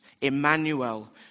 Emmanuel